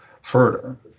further